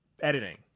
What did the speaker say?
editing